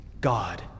God